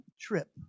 trip